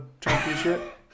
championship